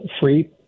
free